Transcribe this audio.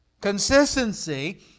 consistency